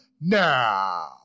Now